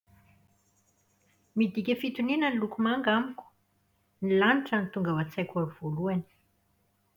Midika fitoniana ny loko manga amiko. Ny lanitra no tonga ao an-tsaiko voalohany.